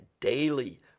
daily